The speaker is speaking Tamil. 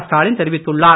ஸ்டாலின் தெரிவித்துள்ளார்